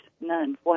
none